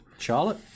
Charlotte